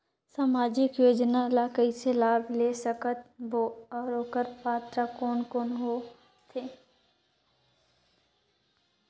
समाजिक योजना ले कइसे लाभ ले सकत बो और ओकर पात्र कोन कोन हो थे?